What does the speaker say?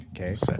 okay